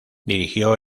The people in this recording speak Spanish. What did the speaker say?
dirigió